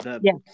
Yes